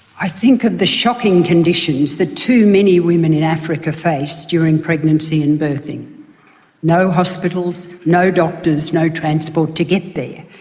i think of the shocking conditions that too many women in africa face during pregnancy and birthing no hospitals, no doctors, no transport to get there.